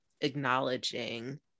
acknowledging